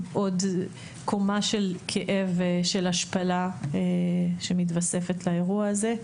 עוד קומה של כאב ושל השפלה שמתווספת לאירוע הזה.